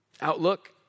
outlook